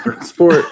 sport